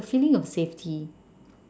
the feeling of safety